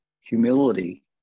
humility